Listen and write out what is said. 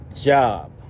job